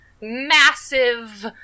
massive